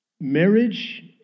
Marriage